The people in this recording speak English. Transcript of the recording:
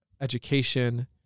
education